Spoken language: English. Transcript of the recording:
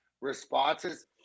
responses